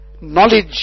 knowledge